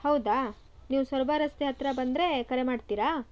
ಹೌದಾ ನೀವು ಸೊರಬ ರಸ್ತೆ ಹತ್ತಿರ ಬಂದರೆ ಕರೆ ಮಾಡ್ತೀರಾ